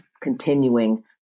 continuing